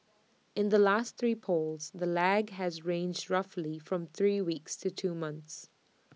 in the last three polls the lag has ranged roughly from three weeks to two months